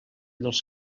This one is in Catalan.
dels